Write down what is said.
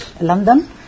London